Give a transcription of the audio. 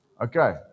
Okay